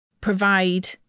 provide